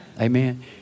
Amen